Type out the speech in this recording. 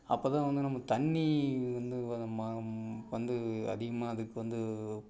அப்போ தான் வந்து நம்ம தண்ணி வந்து வந்து அதிகமாக அதுக்கு வந்து